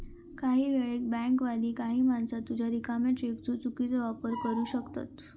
काही वेळेक बँकवाली काही माणसा तुझ्या रिकाम्या चेकचो चुकीचो वापर करू शकतत